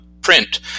print